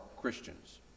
Christians